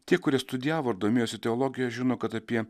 tie kurie studijavo ir domėjosi teologija žino kad apie